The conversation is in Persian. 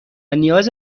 نیاز